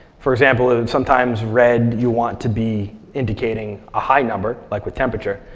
for example, and and sometimes red, you'll want to be indicating a high number, like with temperature.